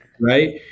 Right